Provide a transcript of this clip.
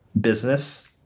business